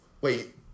Wait